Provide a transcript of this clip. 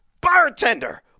bartender